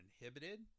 inhibited